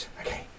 Okay